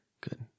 Good